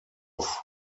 off